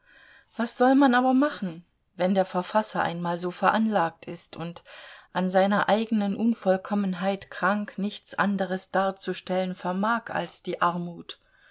was soll man aber machen wenn der verfasser einmal so veranlagt ist und an seiner eigenen unvollkommenheit krank nichts anderes darzustellen vermag als die armut